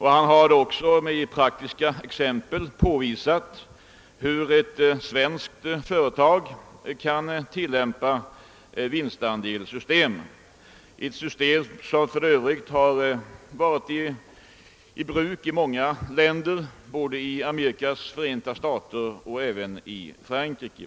Han har också med praktiska exempel påvisat hur ett svenskt företag kan tilllämpa ett vinstandelssystem, ett system som för Övrigt varit i bruk i många länder, bl.a. i Amerikas Förenta stater och Frankrike.